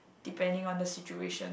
depending on the situation